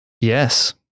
Yes